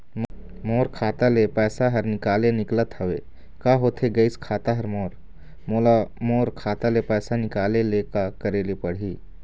मोर खाता ले पैसा हर निकाले निकलत हवे, का होथे गइस खाता हर मोर, मोला मोर खाता ले पैसा निकाले ले का करे ले पड़ही?